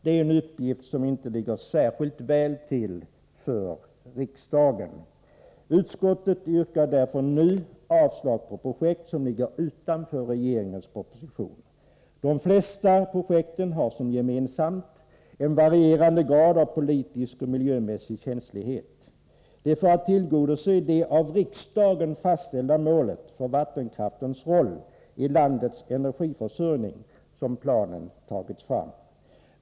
Det är en uppgift som inte ligger särskilt väl till för riksdagen. Utskottet yrkar därför nu avslag på projekt som ligger utanför regeringens proposition. De flesta projekten har som gemensam nämnare en varierande grad av politisk och miljömässig känslighet. Det är för att tillgodose det av riksdagen fastställda målet för vattenkraftens roll i landets energiförsörjning som planen tagits fram.